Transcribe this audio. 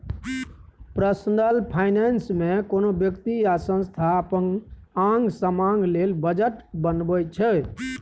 personal finance मे कोनो बेकती या संस्था अपन आंग समांग लेल बजट बनबै छै